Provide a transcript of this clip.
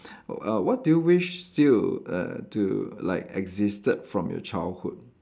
uh what do you wish still err to like existed from your childhood